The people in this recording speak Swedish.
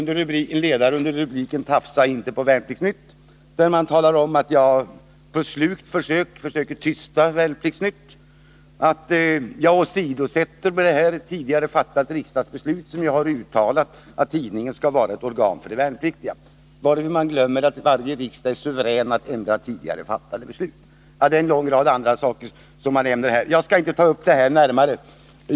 I en ledare under rubriken Tafsa inte på Värnplikts-Nytt talar man om att jag gör ett slugt försök att tysta Värnplikts-Nytt, att jag åsidosätter tidigare fattat riksdagsbeslut, i samband med vilket jag har uttalat att tidningen skall vara ett organ för de värnpliktiga —- varvid man glömmer att varje riksdag är suverän att ändra tidigare fattade beslut. Man nämner också en lång rad andra saker. Jag skall inte ta upp dem.